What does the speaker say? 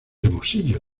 hermosillo